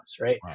right